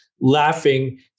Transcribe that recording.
laughing